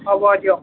হ'বই দিয়ক